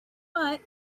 but